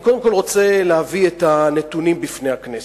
אני קודם כול רוצה להביא את הנתונים בפני הכנסת.